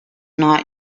not